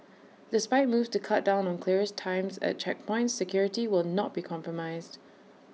despite moves to cut down on clearance times at checkpoints security will not be compromised